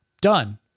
Done